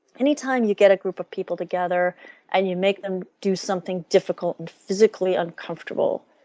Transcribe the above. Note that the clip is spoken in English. anytime you get a group of people together and you make them do something difficult and physically uncomfortable,